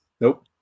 Nope